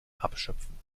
abschöpfen